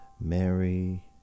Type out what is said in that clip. Mary